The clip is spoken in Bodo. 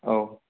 औ